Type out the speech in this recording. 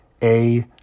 -A